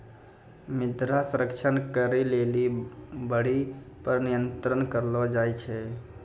मृदा संरक्षण करै लेली बाढ़ि पर नियंत्रण करलो जाय छै